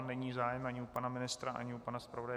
Není zájem ani u pana ministra, ani u pana zpravodaje.